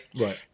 Right